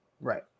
right